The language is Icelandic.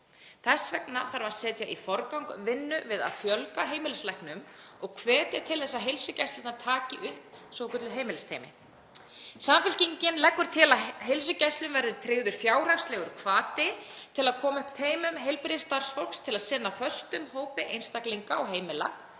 Þess vegna þarf að setja í forgang vinnu við að fjölga heimilislæknum og hvetja til þess að heilsugæslurnar taki upp svokölluð heimilisteymi. Samfylkingin leggur til að heilsugæslum verði tryggður fjárhagslegur hvati til að koma upp teymum heilbrigðisstarfsfólks til að sinna föstum hópi einstaklinga og heimila